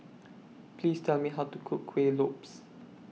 Please Tell Me How to Cook Kueh Lopes